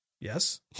Yes